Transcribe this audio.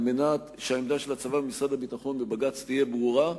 על מנת שהעמדה של הצבא ומשרד הביטחון בבג"ץ תהיה ברורה,